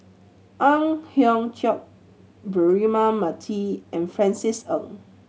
Ang Hiong Chiok Braema Mathi and Francis Ng